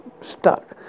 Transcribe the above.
stuck